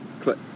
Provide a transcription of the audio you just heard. click